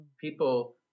People